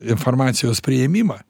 informacijos priėmimą